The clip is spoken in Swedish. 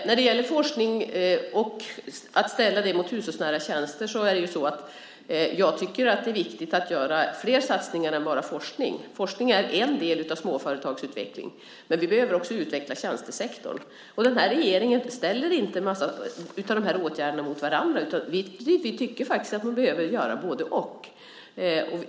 När det gäller att ställa forskning mot hushållsnära tjänster tycker jag att det är viktigt att satsa på mer än bara forskning. Forskningen är en del av småföretagsutvecklingen, men vi behöver också utveckla tjänstesektorn. Den här regeringen ställer inte dessa åtgärder mot varandra utan tycker faktiskt att man behöver göra både-och.